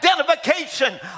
identification